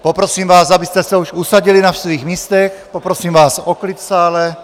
Poprosím vás, abyste se už usadili na svých místech, poprosím vás o klid v sále.